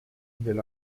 del